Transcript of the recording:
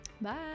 Bye